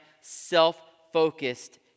self-focused